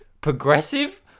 Progressive